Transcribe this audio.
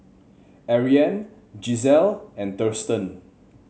Ariane Gisselle and Thurston